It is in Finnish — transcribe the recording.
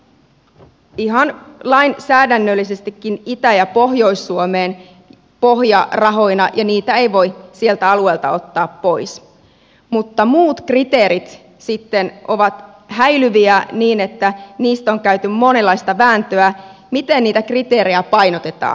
ne kuuluvat ihan lainsäädännöllisestikin itä ja pohjois suomeen pohjarahoina ja niitä ei voi sieltä alueelta ottaa pois mutta muut kriteerit sitten ovat häilyviä niin että niistä on käyty monenlaista vääntöä miten niitä kriteerejä painotetaan